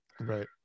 right